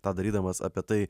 tą darydamas apie tai